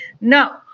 No